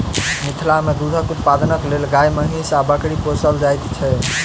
मिथिला मे दूधक उत्पादनक लेल गाय, महीँस आ बकरी पोसल जाइत छै